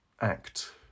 Act